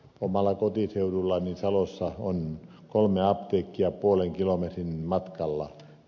omalla kotiseudullani salossa on kolme apteekkia puolen kilometrin matkalla